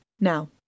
Now